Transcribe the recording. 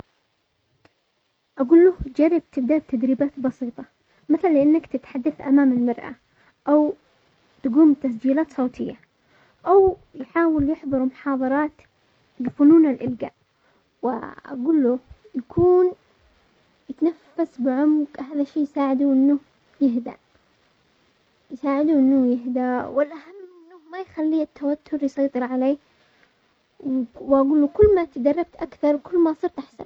اقول له جرب تبدأ تدريبات بسيطة، مثلا انك تتحدث امام المرأة، او تقوم بتسجيلات صوتية، او يحاول يحضر محاضرات بفنون الالقاء، واقول له يكون يتنفس بعمق هذا الشي يساعدونه انه يهدأ- يساعدوه انه يهدأ والاهم انه ما يخلي التوتر يسيطر عليه، واقول له كل ما تدربت اكثر وكل ما صرت احسن.